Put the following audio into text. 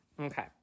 Okay